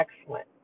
excellent